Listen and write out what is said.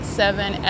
seven